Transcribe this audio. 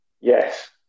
Yes